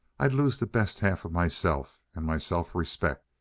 i'd lose the best half of myself and my self-respect!